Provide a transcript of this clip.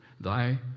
thy